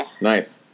Nice